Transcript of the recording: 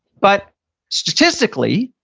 but statistically,